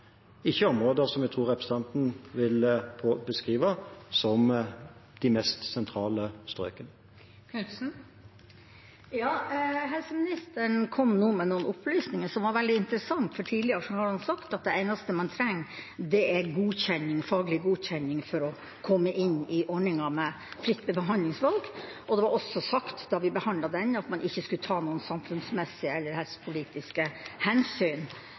ikke områder jeg tror representanten Knutsen ville beskrive som de mest sentrale strøk. Helseministeren kom nå med noen opplysninger som var veldig interessante, for tidligere har han sagt at det eneste man trenger, er faglig godkjenning for å komme inn i ordningen med fritt behandlingsvalg. Det ble også sagt, da vi behandlet den, at man ikke skulle ta noen samfunnsmessige eller helsepolitiske hensyn.